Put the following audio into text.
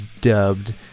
dubbed